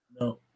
No